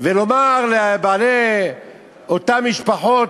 ולומר לאותן משפחות,